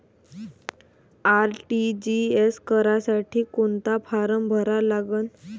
RTGS करासाठी कोंता form भरा लागन?